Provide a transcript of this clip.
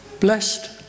Blessed